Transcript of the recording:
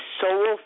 soul